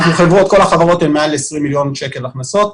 כל החברות הן עם מעל ל-20 מיליון שקלים הכנסות.